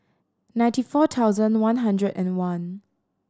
ninety four thousand one hundred and one